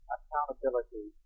Accountability